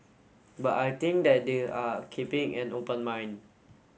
but I think that they are keeping an open mind